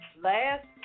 Last